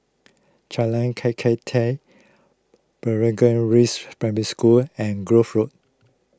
Jalan Kakatua Blangah Rise Primary School and Grove Road